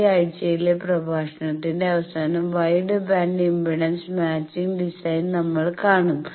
ഈ ആഴ്ചയിലെ പ്രഭാഷണത്തിന്റെ അവസാനം wide band impedance matching design നമ്മൾ കാണും